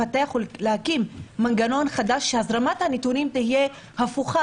לפתח ולהקים מנגנון חדש שהזרמת הנתונים תהיה הפוכה,